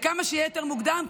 וכמה שזה יהיה יותר מוקדם,